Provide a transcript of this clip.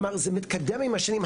כלומר זה מתקדם עם השנים,